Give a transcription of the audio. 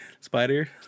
Spider